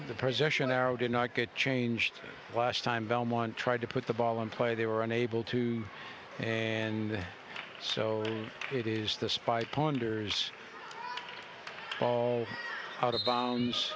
arrow did not get changed last time belmont tried to put the ball in play they were unable to and so it is the spy ponders fall out of bounds